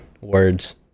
words